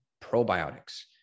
probiotics